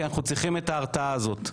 כי אנחנו צריכים את ההרתעה הזאת.